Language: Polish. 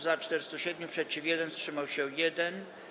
Za - 407, przeciw - 1, wstrzymał się 1.